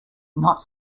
not